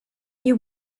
you